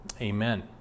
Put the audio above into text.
Amen